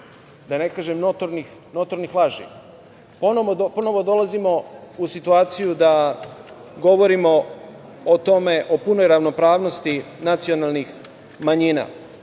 da ne kažem notornih laži. Ponovo dolazimo u situaciju da govorimo o punoj ravnopravnosti nacionalnih manjina.